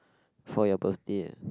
for your birthday ah